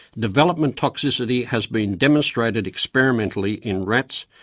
development toxicity has been demonstrated experimentally in rats,